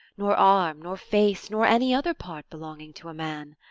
nor arm, nor face, nor any other part belonging to a man.